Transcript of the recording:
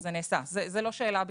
זה נעשה, זו לא שאלה בכלל.